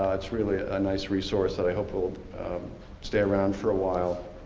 it's really a nice resource that i hope will stay around for a while.